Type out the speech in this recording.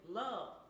love